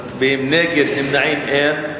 נגד ונמנעים, אין.